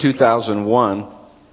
2001